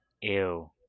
ew